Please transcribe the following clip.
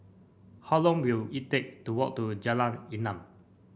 how long will it take to walk to Jalan Enam